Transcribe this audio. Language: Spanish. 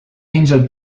angel